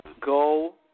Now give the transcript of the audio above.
go